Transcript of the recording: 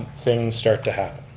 things start to happen.